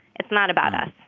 it's not about us.